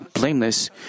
blameless